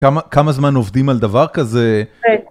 כמה, כמה זמן עובדים על דבר כזה? כן.